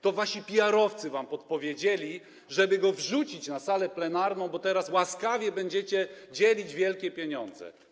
To wasi PR-owcy wam podpowiedzieli, żeby go wrzucić na salę plenarna, bo teraz łaskawie będziecie dzielić wielkie pieniądze.